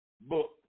book